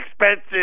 expensive